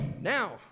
Now